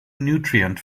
nutrient